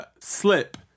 slip